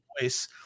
voice